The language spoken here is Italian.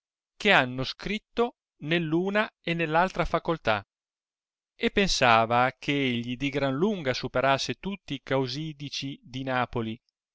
che hanno scritto nell'una e nell'altra facoltà e pensava che egli di gran lunga superasse tutti i causidici di napoli